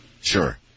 Sure